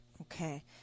Okay